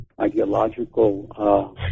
ideological